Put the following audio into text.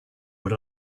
what